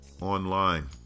online